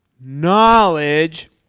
Knowledge